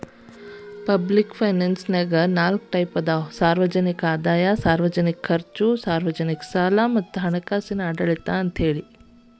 public ಫೈನಾನ್ಸನ್ಯಾಗ ನಾಲ್ಕ್ type ಅದಾವ ಸಾರ್ವಜನಿಕ ಆದಾಯ ಸಾರ್ವಜನಿಕ ಖರ್ಚು ಸಾರ್ವಜನಿಕ ಸಾಲ ಮತ್ತ ಹಣಕಾಸಿನ ಆಡಳಿತ ಅಂತ